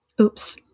Oops